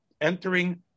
entering